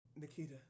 Nikita